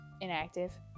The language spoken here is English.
inactive